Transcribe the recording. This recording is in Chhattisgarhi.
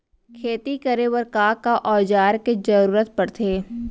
खेती करे बर का का औज़ार के जरूरत पढ़थे?